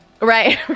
Right